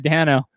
Dano